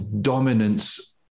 dominance